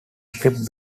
script